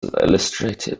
illustrated